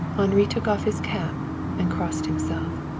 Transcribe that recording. henri took off his cap and crossed himself.